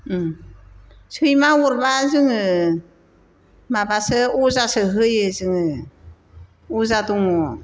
सैमा अरबा जोङो माबासो अजासो होयो जोङो अजा दङ